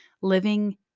living